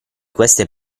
queste